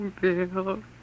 Bill